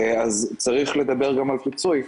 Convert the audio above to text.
אז צריך לדבר גם על פיצוי.